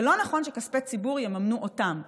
ולא נכון שכספי ציבור יממנו אותם.